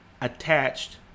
Attached